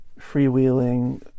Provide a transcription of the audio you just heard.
freewheeling